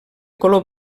color